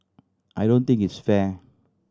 I don't think it's fair